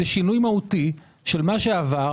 זה שינוי מהותי של מה שעבר,